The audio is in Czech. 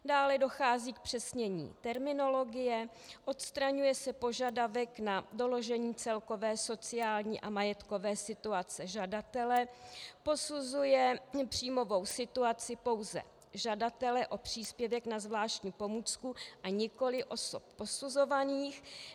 Dále dochází k zpřesnění terminologie, odstraňuje se požadavek na doložení celkové sociální a majetkové situace žadatele, posuzuje příjmovou situaci pouze žadatele o příspěvek na zvláštní pomůcku a nikoliv osob posuzovaných.